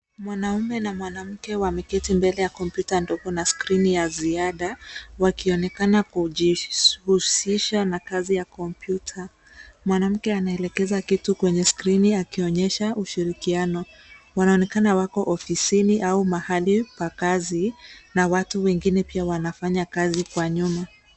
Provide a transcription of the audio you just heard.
Mwanamume na mwanamke wameketi mbele ya kompyuta ndogo na skrini ya ziada wakionekana kujihusisha na kazi ya kompyuta. Mwanamke anaelekeza kitu kwenye skrini akionyesha ushirikiano. Wanaonekana wako ofisini au mahali pa kazi na watu wengine pia wanafanya kazi kwa nyuma.